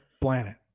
planet